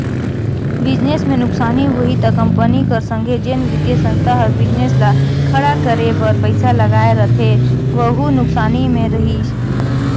business में नुकसानी होही ता कंपनी कर संघे जेन बित्तीय संस्था हर बिजनेस ल खड़ा करे बर पइसा लगाए रहथे वहूं नुकसानी में रइही